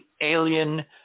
alien